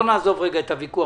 בוא נעזוב לרגע את הוויכוח